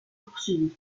poursuivi